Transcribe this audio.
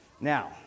Now